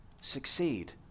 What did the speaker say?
succeed